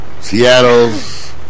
Seattle's